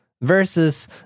versus